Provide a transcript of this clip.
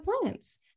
plants